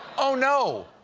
oh, no!